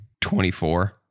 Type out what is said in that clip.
24